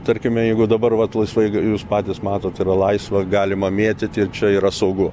tarkime jeigu dabar vat laisvai jūs patys matot yra laisva galima mėtyti ir čia yra saugu